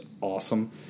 awesome